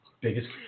biggest